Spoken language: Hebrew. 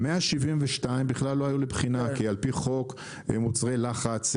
172 בכלל לא היו לבחינה כי על פי חוק מוצרי לחץ,